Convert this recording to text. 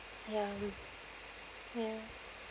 ya ya